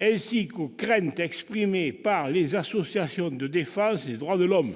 ainsi qu'aux craintes exprimées par les associations de défense des droits de l'homme.